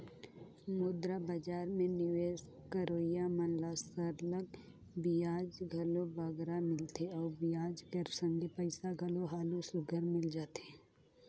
मुद्रा बजार में निवेस करोइया मन ल सरलग बियाज घलो बगरा मिलथे अउ बियाज कर संघे पइसा घलो हालु सुग्घर मिल जाथे